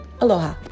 aloha